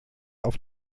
auf